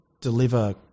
deliver